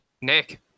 Nick